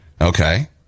Okay